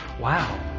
wow